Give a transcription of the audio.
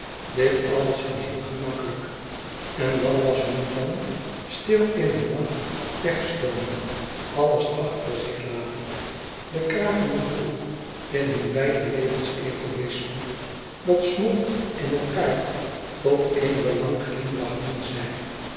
dit alles ging heel gemakkelijk en dan was hun plan stil in den nacht weg stoomen alles achter zich laten de krakende boel in hun beider levens egoisme dat smolt in elkaâr tot één belang glimlachten zij